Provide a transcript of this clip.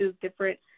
different